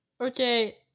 Okay